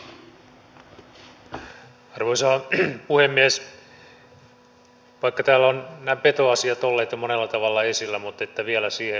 vaikka täällä ovat nämä petoasiat olleet jo monella tavalla esillä niin vielä siihen liittyen